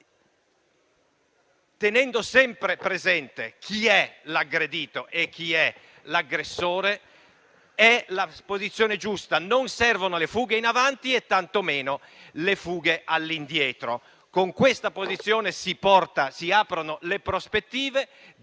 tenendo sempre presente chi è l'aggredito e chi è l'aggressore, rappresenta la posizione giusta: non servono le fughe in avanti, tantomeno quelle all'indietro. Con questa posizione si aprono le prospettive